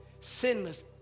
sinless